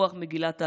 ברוח מגילת העצמאות,